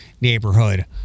neighborhood